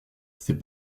ses